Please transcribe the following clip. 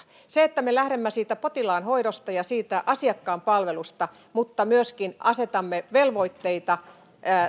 me lähdemme potilaan hoidosta ja asiakkaan palvelusta mutta myöskin asetamme velvoitteita